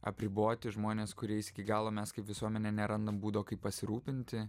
apriboti žmonės kuriais iki galo mes kaip visuomenė nerandam būdo kaip pasirūpinti